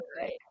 right